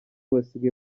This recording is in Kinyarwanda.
basigaye